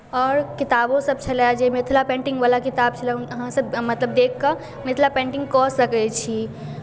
आओर किताबोसभ छलए जाहिमे मिथिला पेन्टिंगवला किताब छलए अहाँसभ मतलब देखि कऽ मिथिला पेन्टिंग कऽ सकै छी